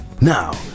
Now